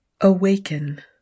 Awaken